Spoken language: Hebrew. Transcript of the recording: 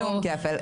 שום כפל.